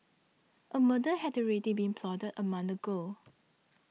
a murder had already been plotted a month ago